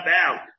out